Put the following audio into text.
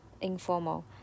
informal